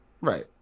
Right